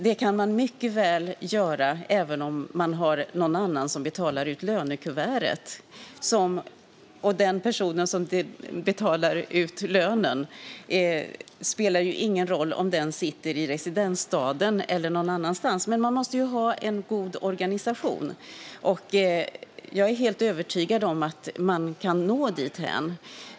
Det kan man mycket väl göra även om man har någon annan som betalar ut lönen; det spelar ju ingen roll om den som betalar ut lönen sitter i residensstaden eller någon annanstans. Man måste dock ha en god organisation, och jag är helt övertygad om att man kan nå dithän.